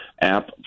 app